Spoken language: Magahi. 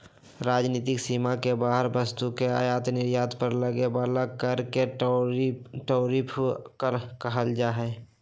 राजनीतिक सीमा से बाहर वस्तु के आयात निर्यात पर लगे बला कर के टैरिफ कहल जाइ छइ